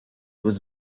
was